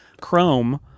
Chrome